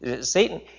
Satan